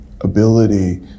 ability